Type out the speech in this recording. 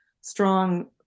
strong